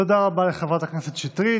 תודה רבה לחברת הכנסת שטרית.